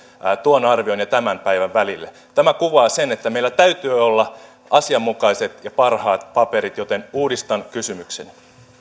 tuon arvion ja tämän päivän välille tämä kuvaa sitä että meillä täytyy olla asianmukaiset ja parhaat paperit joten uudistan kysymyksen